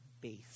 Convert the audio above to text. base